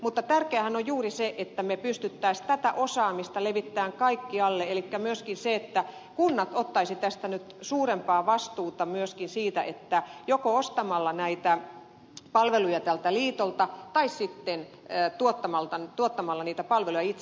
mutta tärkeäähän on juuri se että me pystyisimme tätä osaamista levittämään kaikkialle elikkä myöskin se että kunnat ottaisivat nyt suurempaa vastuuta myöskin siitä joko ostamalla näitä palveluja tältä liitolta tai sitten tuottamalla niitä palveluja itse